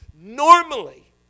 Normally